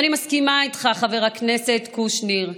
ואני מסכימה איתך, חבר הכנסת קושניר,